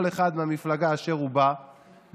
כל אחד והמפלגה אשר הוא בא ממנה,